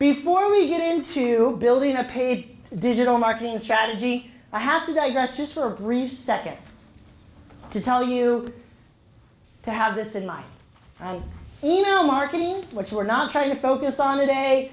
before we get into building a paid digital marketing strategy i have to digress just for a brief second to tell you to have this in my own email marketing which we're not trying to focus on today